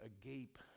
agape